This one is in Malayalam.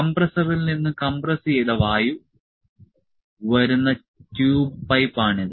കംപ്രസ്സറിൽ നിന്ന് കംപ്രസ് ചെയ്ത വായു വരുന്ന ട്യൂബ് പൈപ്പാണിത്